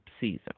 season